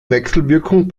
wechselwirkung